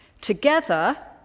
Together